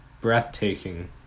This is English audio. breathtaking